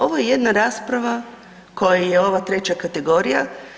Ovo je jedna rasprava koja je ova treća kategorija.